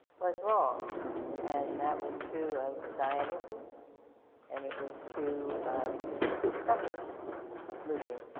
was wrong and that was true of zionism and it was true of the suffrage movement.